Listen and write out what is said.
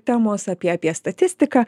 temos apie apie statistiką